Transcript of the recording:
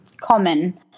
common